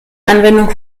anwendung